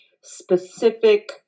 specific